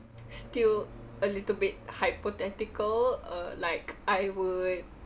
still a little bit hypothetical uh like I would